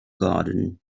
garden